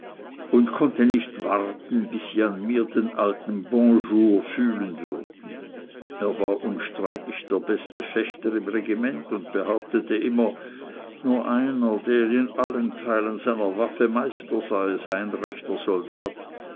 und konnte nicht warten bis sie an mir den alten bonjour fühlen würden er war unstreitig der beste fechter im ganzen regiment und behauptete immer nur einer der seiner waffe meister sei sei ein rechter soldat